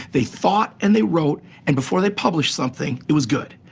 they thought and they wrote, and before they published something it was good.